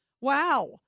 Wow